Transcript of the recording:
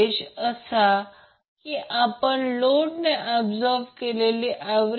आणि हा एक्सरसाईज आहे ज्यासाठी उत्तरे दिली आहेत आपण ते करू